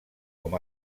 com